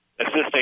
assisting